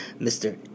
Mr